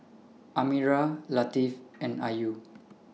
Amirah Latif and Ayu